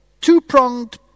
two-pronged